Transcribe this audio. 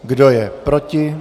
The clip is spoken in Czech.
Kdo je proti?